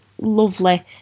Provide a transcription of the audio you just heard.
lovely